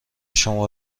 شما